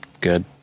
good